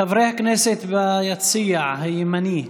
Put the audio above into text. חברי הכנסת ביציע הימני,